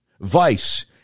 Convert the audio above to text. Vice